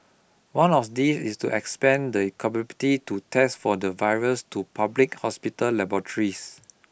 one of these is to expand the capability to test for the virus to public hospital laboratories